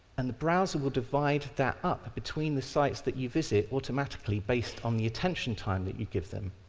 and the browser will divide that up between the sites that you visit automatically based on the attention time that you give them.